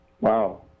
Wow